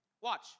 Watch